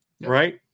Right